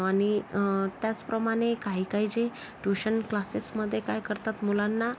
आणि त्याचप्रमाणे काही काही जे ट्यूशन क्लासेसमध्ये काय करतात मुलांना